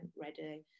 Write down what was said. ready